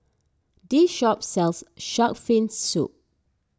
this shop sells Shark's Fin Soup